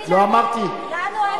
לא אמרתי, אדוני, לנו אין דילמה כזאת.